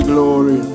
Glory